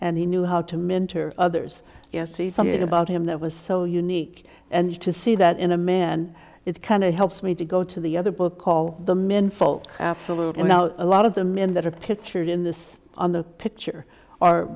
and he knew how to mentor others you know see something about him that was so unique and to see that in a man and it kind of helps me to go to the other book call the menfolk absolutely now a lot of the men that are pictured in this on the picture are